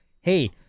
hey